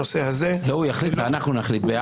לא הוא יחליט, כולנו נחליט ביחד.